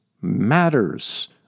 matters